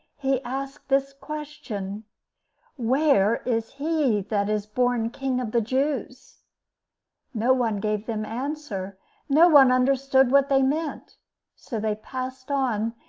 he asked this question where is he that is born king of the jews no one gave them answer no one understood what they meant so they passed on,